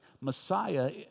Messiah